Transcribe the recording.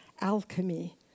alchemy